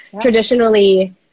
Traditionally